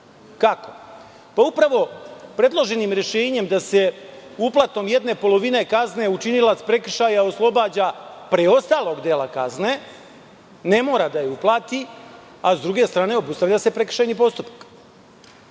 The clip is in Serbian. Kako? Upravo predloženim rešenjem da se uplatom jedne polovine kazne učinilac prekršaja oslobađa preostalog dela kazne, ne mora da je uplati, a sa druge strane obustavlja se prekršajni postupak.